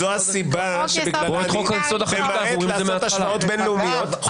זאת הסיבה שבגללה אני ממעט לעשות השוואות בין-לאומיות.